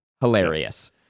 Hilarious